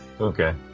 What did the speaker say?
Okay